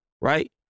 right